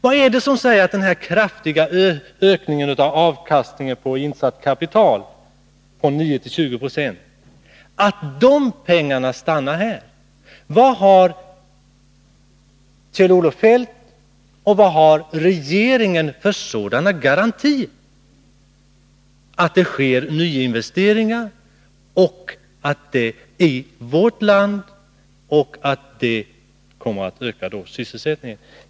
Vad är det som säger att pengarna från denna kraftiga ökning av avkastningen på insatt kapital om 9-20 90 stannar här? Vilka garantier har Kjell-Olof Feldt och regeringen för att det sker nyinvesteringar, att de sker i vårt land och att de kommer att öka sysselsättningen?